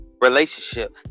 Relationship